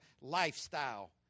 lifestyle